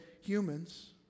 humans